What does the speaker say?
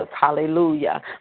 hallelujah